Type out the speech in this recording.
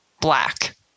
Black